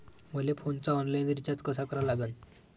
मले फोनचा online recharge कसा करा लागन?